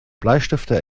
bleistifte